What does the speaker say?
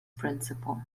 principal